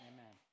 Amen